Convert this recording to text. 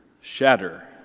shatter